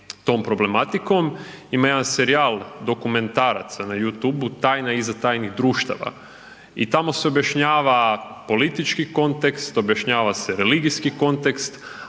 tom problematikom. Ima jedan serijal dokumentaraca na You Tube „Tajna iza tajnih društava“ i tamo se objašnjava politički kontekst, objašnjava se religijski kontekst.